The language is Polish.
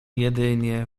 jedynie